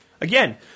Again